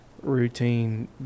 routine